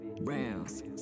rounds